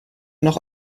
noch